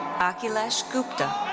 akhilesh gupta.